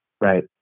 right